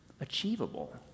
achievable